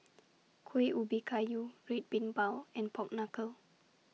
Kuih Ubi Kayu Red Bean Bao and Pork Knuckle